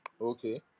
Okay